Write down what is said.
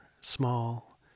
small